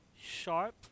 sharp